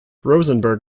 rosenberg